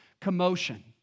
commotion